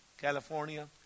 California